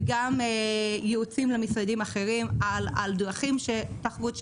וגם ייעוצים למשרדים אחרים על דרכים של תחרות,